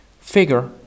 Figure